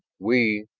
we,